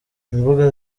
imbuga